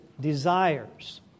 desires